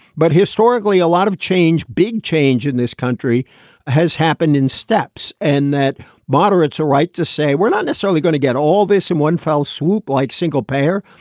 but historically, a lot of change. big change in this country has happened in steps and that moderates are right to say we're not necessarily going to get all this in one fell swoop like single payer,